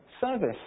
service